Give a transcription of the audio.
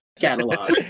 catalog